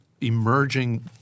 emerging